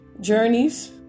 journeys